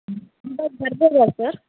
ಇವಾಗ ಬರ್ಬೋದಾ ಸರ್